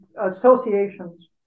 associations